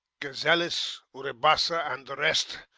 gazellus, uribassa, and the rest,